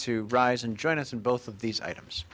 to rise and join us in both of these items